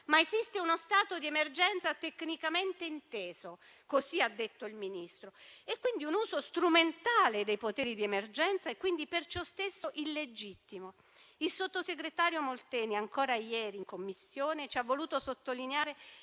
ma esiste uno stato di emergenza tecnicamente inteso»: così ha detto il Ministro. C'è pertanto un uso strumentale dei poteri di emergenza e, per ciò stesso, illegittimo. Il sottosegretario Molteni ancora ieri in Commissione ha voluto sottolineare